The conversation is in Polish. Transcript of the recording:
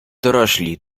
dorośli